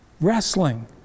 wrestling